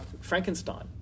Frankenstein